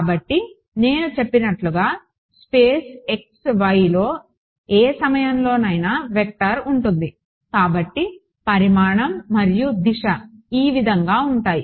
కాబట్టి నేను చెప్పినట్లుగా స్పేస్ x yలో ఏ సమయంలోనైనా వెక్టార్ ఉంటుంది కాబట్టి పరిమాణం మరియు దిశ ఈ విధంగా ఉంటాయి